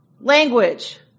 Language